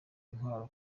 intwaro